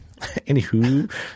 Anywho